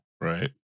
Right